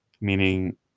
meaning